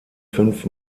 fünf